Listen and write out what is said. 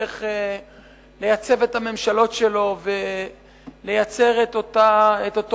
איך לייצב את הממשלות שלו ולייצר את אותו